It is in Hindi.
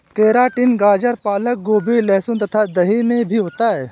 केराटिन गाजर पालक गोभी लहसुन तथा दही में होता है